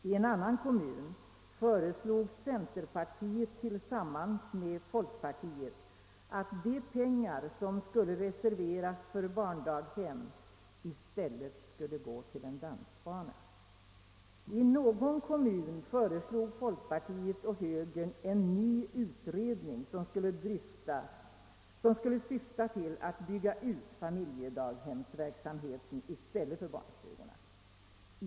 I en annan kommun föreslog centern tillsammans med folkpartiet att de pengar, som skulle reserveras för barndaghem, i stället skulle gå till en dansbana. I någon kommun föreslog folkpartiet och högern en ny utredning som skulle syfta till att bygga ut familjedaghemsverksamheten i stället för barnstugorna.